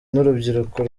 n’urubyiruko